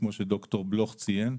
כמו שד"ר בלוך ציין,